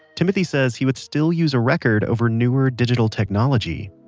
timothy says he would still use a record over newer, digital technology